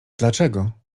dlaczego